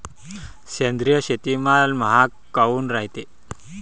सेंद्रिय शेतीमाल महाग काऊन रायते?